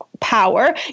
power